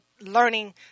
learning